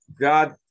God